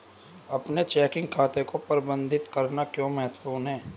अपने चेकिंग खाते को प्रबंधित करना क्यों महत्वपूर्ण है?